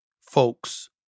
folks